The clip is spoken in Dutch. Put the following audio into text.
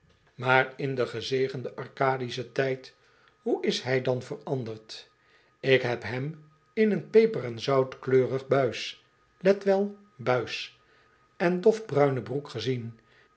maar in den gezegenden arcadischen tijd hoe is hij dan veranderd ik heb hem in eenpeper en zoutkleurig buis let wel buis en dofbruine broek gezien